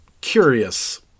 curious